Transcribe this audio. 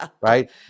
right